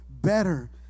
better